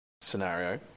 scenario